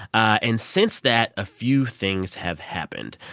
and since that, a few things have happened.